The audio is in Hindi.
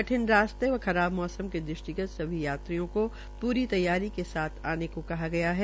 कठिन रास्ते व खराब मौसम के दृष्टिगत सभी यात्रियों को पूरी तैयारी के साथ आने को कहा गया है